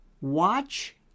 Watch